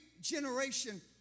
generation